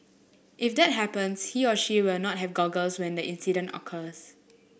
if that happens he or she will not have goggles when the incident occurs